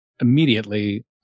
immediately